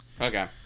Okay